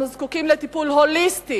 אנחנו זקוקים לטיפול הוליסטי